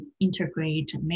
integrate